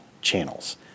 channels